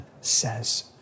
says